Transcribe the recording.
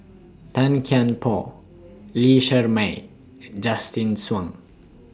Tan Kian Por Lee Shermay and Justin Zhuang